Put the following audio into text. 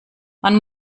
man